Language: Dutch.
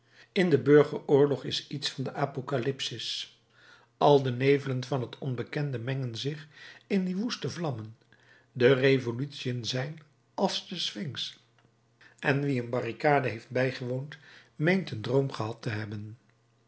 in den burgeroorlog is iets van den apocalypsis al de nevelen van het onbekende mengen zich in die woeste vlammen de revolutiën zijn als de sphinx en wie een barricade heeft bijgewoond meent een droom gehad te hebben